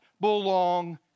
belong